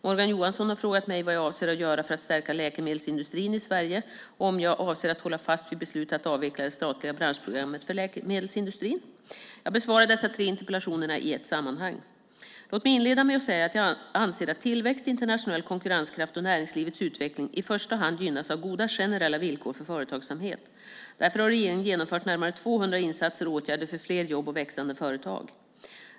Morgan Johansson har frågat mig vad jag avser att göra för att stärka läkemedelsindustrin i Sverige och om jag avser att hålla fast vid beslutet att avveckla det statliga branschprogrammet för läkemedelsindustrin. Jag besvarar dessa tre interpellationer i ett sammanhang. Låt mig inleda med att säga att jag anser att tillväxt, internationell konkurrenskraft och näringslivets utveckling i första hand gynnas av goda generella villkor för företagsamhet. Därför har regeringen genomfört närmare 200 insatser och åtgärder för fler jobb och växande företag.